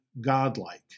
godlike